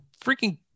freaking